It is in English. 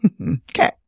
Okay